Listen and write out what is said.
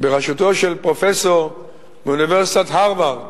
בראשותו של פרופסור מאוניברסיטת הרווארד